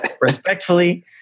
respectfully